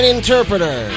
Interpreter